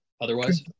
otherwise